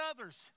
others